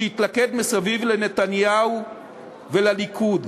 שיתלכד מסביב לנתניהו ולליכוד.